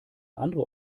andere